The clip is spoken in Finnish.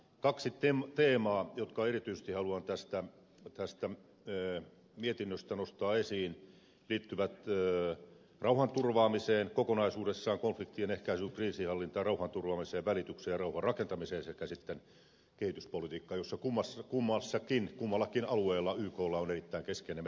kaksi teemaa jotka erityisesti haluan tästä mietinnöstä nostaa esiin liittyvät rauhanturvaamiseen kokonaisuudessaan konfliktien ehkäisyyn kriisinhallintaan rauhanturvaamiseen välitykseen ja rauhanrakentamiseen sekä sitten kehityspolitiikkaan joissa kummallakin alueella yklla on erittäin keskeinen merkittävä rooli